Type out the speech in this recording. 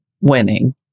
Winning